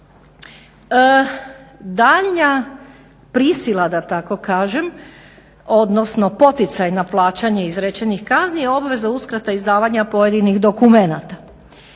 Daljnja prisila da tako kažem odnosno poticajna plaćanja izrečenih kazni je obveza uskrata izdavanja pojedinih dokumenata.